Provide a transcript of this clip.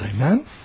amen